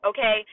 Okay